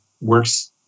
works